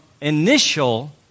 initial